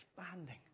expanding